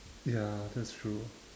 ya that's true